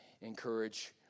encourage